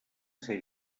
ser